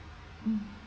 mm